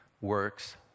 works